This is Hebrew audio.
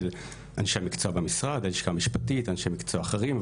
אנשים מקצוע במשרד מהלשכה המשפטית ואנשי מקצוע אחרים.